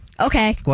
Okay